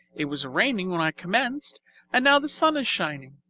it was raining when i commenced and now the sun is shining.